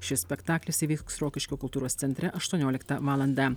šis spektaklis įvyks rokiškio kultūros centre aštuonioliktą valandą